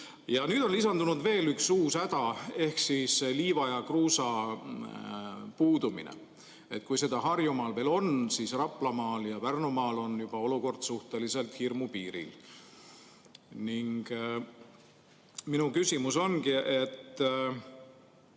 sõita. Nüüd on lisandunud veel üks uus häda ehk liiva ja kruusa puudumine. Kui seda Harjumaal veel on, siis Raplamaal ja Pärnumaal on olukord juba suhteliselt hirmu piiril. Minu küsimus ongi, et